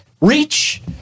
Reach